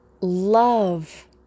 love